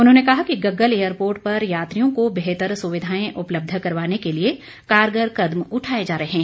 उन्होंने कहा कि गग्गल एयरपोर्ट पर यात्रियों को बेहतर सुविधाएं उपलब्ध करवाने के लिए कारगर कदम उठाए जा रहे हैं